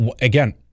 Again